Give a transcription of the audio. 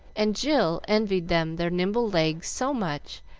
and jill envied them their nimble legs so much,